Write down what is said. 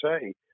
say